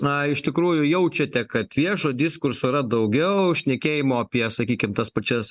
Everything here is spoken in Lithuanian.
a iš tikrųjų jaučiate kad viešo diskurso yra daugiau šnekėjimo apie sakykim tas pačias